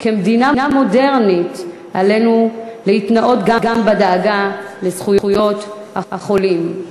כמדינה מודרנית עלינו להתנאות גם בדאגה לזכויות החולים.